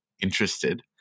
interested